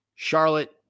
Charlotte